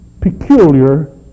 peculiar